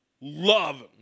love